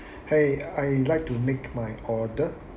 !hey! I'd like to make my order